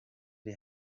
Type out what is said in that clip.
uri